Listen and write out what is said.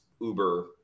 uber